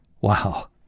Wow